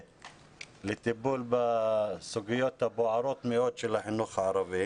לטיפול בסוגיות הבוערות מאוד של החינוך הערבי.